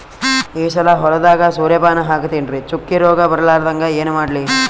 ಈ ಸಲ ಹೊಲದಾಗ ಸೂರ್ಯಪಾನ ಹಾಕತಿನರಿ, ಚುಕ್ಕಿ ರೋಗ ಬರಲಾರದಂಗ ಏನ ಮಾಡ್ಲಿ?